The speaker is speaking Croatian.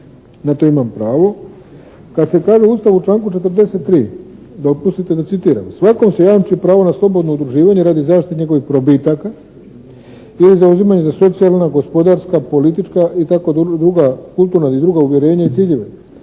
na to imam pravo kad se kaže u Ustavu u članku 43. dopustite da citiram: "Svakom se jamči pravo na slobodno udruživanje radi zaštite njegovih probitaka ili zauzimanje za socijalna, gospodarska, politička i tako druga kulturna uvjerenja i ciljeve.